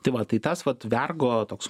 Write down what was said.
tai va tai tas vat vergo toks